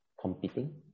competing